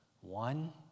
One